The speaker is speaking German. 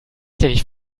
dich